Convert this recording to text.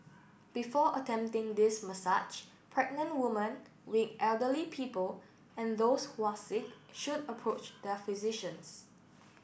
before attempting this massage pregnant woman weak elderly people and those who are sick should approach their physicians